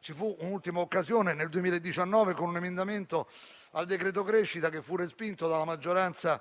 ci fu un'ultima occasione nel 2019 con un emendamento al decreto crescita che fu respinto dalla maggioranza